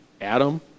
Adam